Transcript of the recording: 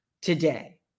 today